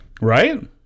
Right